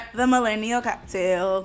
themillennialcocktail